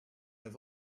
have